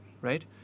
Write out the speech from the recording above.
Right